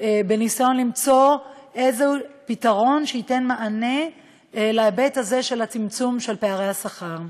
בניסיון למצוא איזשהו פתרון שייתן מענה להיבט הזה של צמצום פערי השכר.